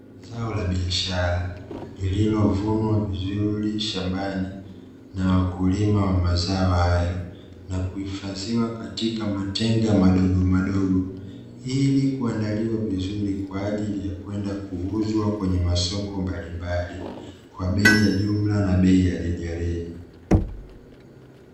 Zao la biashara, lililovunwa vizuri shambani na wakulima wa mazao hayo na kuhifadhiwa katika matenge madogomadogo ili kuandaliwa vizuri kwa ajili ya kwenda kuuzwa kwenye masoko mbalimbali kwa bei ya jumla na rejareja.